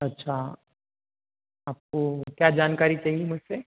अच्छा आपको क्या जानकारी चाहिए मुझसे